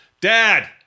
dad